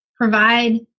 provide